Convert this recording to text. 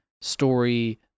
story